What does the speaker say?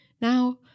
now